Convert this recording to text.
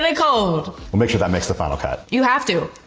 like cold. we'll make sure that makes the final cut. you have to.